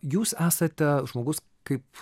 jūs esate žmogus kaip